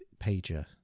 Pager